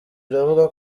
iravuga